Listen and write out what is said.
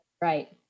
Right